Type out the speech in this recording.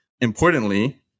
Importantly